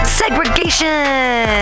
segregation